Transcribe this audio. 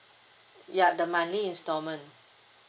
ya the monthly installment